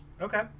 Okay